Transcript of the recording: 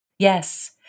Yes